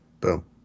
Boom